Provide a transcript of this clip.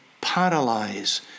paralyze